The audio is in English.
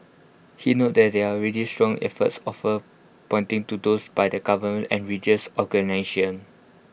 he noted that there are already strong efforts offer pointing to those by the government and religious